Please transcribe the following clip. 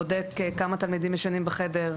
בודק כמה תלמידים ישנים בחדר,